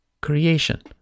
creation